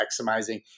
maximizing